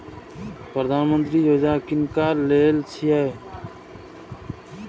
प्रधानमंत्री यौजना किनका लेल छिए?